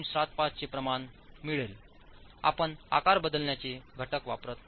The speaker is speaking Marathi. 75 चे प्रमाण मिळेल आपण आकार बदलण्याचे घटक वापरत नाही